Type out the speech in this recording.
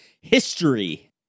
history